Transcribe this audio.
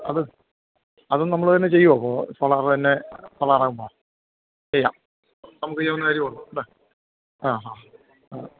അത് അത് നമ്മൾ തന്നെ ചെയ്യുമോ അപ്പോൾ സോളാറ് തന്നെ സോളാറാകുമ്പം ചെയ്യാം നമുക്ക് ചെയ്യാവുന്ന കാര്യമേ ഉള്ളൂ അല്ലെ ഹാ ആ ആ